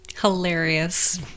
Hilarious